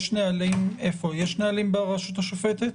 יש נהלים ברשות השופטת?